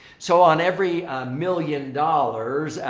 so, on every million dollars,